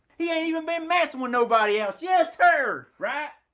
he ain't even been messing with nobody else, just her. right?